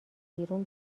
بیرون